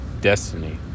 destiny